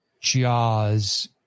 Jaws